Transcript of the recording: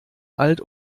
alt